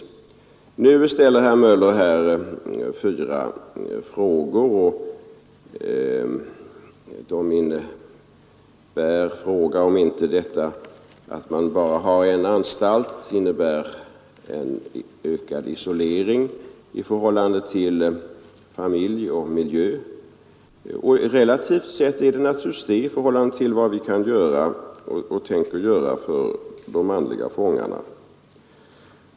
Herr Möller ställde några frågor. Han undrade om inte detta att man bara har en anstalt innebär en ökad isolering i förhållande till familj och miljö. Jo, relativt sett gör det naturligtvis det, i förhållande till vad vi kan göra och tänker göra för de manliga fångarna.